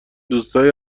دوستایی